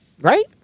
right